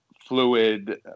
fluid